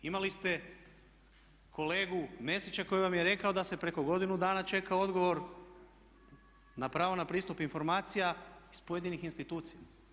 Imali ste kolegu Mesića koji vam je rekao da se preko godinu dana čeka odgovor na pravo na pristup informacija iz pojedinih institucija.